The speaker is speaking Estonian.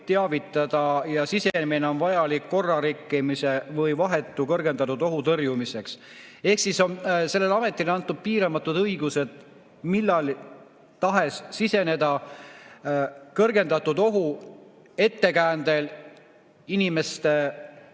teavitada ja sisenemine on vajalik korrarikkumise või vahetu kõrgendatud ohu tõrjumiseks. Ehk siis on sellele ametile antud piiramatud õigused millal tahes siseneda kõrgendatud ohu ettekäändel inimeste